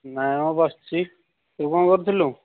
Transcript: ନାଇଁ ମ ବସିଛି ତୁ କ'ଣ କରୁଥିଲୁ